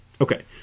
Okay